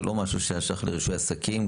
זה לא משהו שהיה שייך לרישוי עסקים,